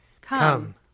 Come